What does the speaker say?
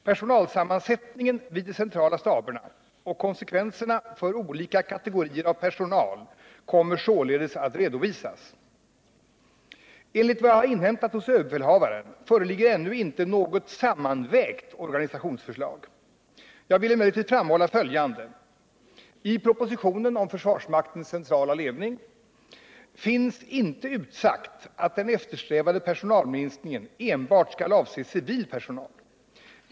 Personalsammansättningen vid de centrala staberna och konsekvenserna för olika kategorier av personal kommer således att redovisas. Enligt vad jag har inhämtat hos överbefälhavaren föreligger ännu inte något sammanvägt organisationsförslag. Jag vill emellertid framhålla följande. I propositionen om försvarsmaktens centrala ledning finns inte utsagt att den eftersträvade personalminskningen enbart skall avse civil personal.